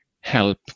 help